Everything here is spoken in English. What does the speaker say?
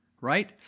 Right